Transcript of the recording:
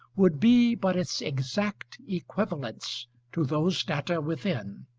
would be but its exact equivalence to those data within.